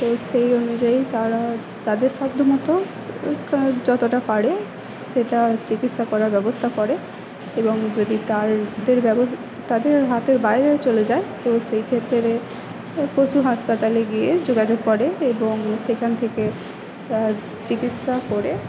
তো সেই অনুযায়ী তারা তাদের সাধ্য মতো যতোটা পারে সেটার চিকিৎসা করার ব্যবস্তা করে এবং যদি তার দের তাদের হাতের বাইরে চলে যায় তো সেই ক্ষেত্রে পশু হাসপাতালে গিয়ে যোগাযোগ করে এবং সেখান থেকে চিকিৎসা করে